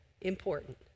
important